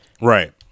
Right